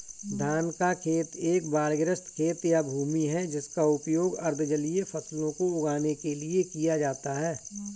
धान का खेत एक बाढ़ग्रस्त खेत या भूमि है जिसका उपयोग अर्ध जलीय फसलों को उगाने के लिए किया जाता है